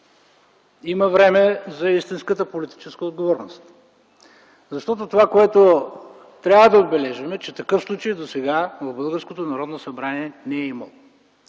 Има време за истинската политическа отговорност. Това, което трябва да отбележим, е, че такъв случай досега в българското Народно събрание не е имало.